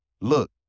look